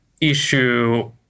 issue